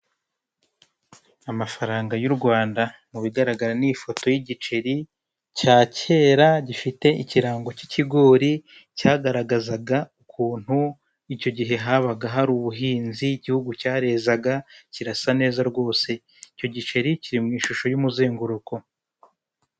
Amafaranga y'u Rwanda. Mu bigaragara ni ifoto y'igiceri cya kera gifite ikirango cy'ikigori, cyagaragazaga ukuntu icyo gihe habaga hari ubuhinzi, igihugu cyarenzaga kirasa neza rwose. Icyo giceri kiri mu ishusho y'umuzenguruko.